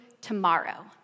Tomorrow